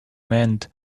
meant